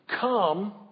Come